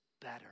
better